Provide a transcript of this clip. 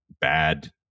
bad